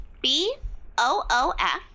B-O-O-F